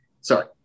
sorry